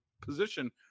position